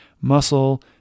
muscle